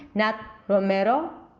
not romero.